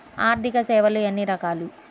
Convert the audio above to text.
ఆర్థిక సేవలు ఎన్ని రకాలు?